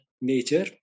nature